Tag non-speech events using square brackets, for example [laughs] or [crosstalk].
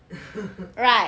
[laughs]